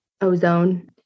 ozone